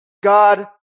God